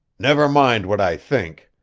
never mind what i think.